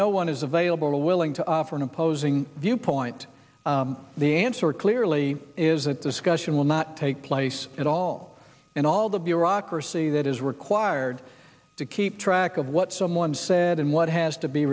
no one is available willing to offer an opposing viewpoint the answer clearly is a discussion will not take place at all and all the bureaucracy that is required to keep track of what someone said and what has to be